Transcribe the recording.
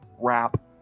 wrap